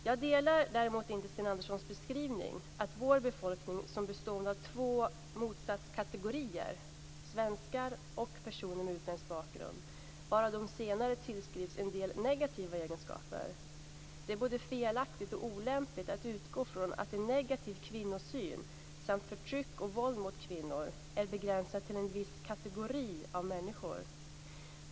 Jag delar däremot inte Sten Anderssons beskrivning av vår befolkning som bestående av två motsatskategorier, svenskar och personer med utländsk bakgrund, varav de senare tillskrivs en del negativa egenskaper. Det är både felaktigt och olämpligt att utgå från att en negativ kvinnosyn samt förtryck och våld mot kvinnor är begränsat till en viss kategori av människor.